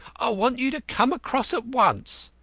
i want you to come across at once,